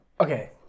Okay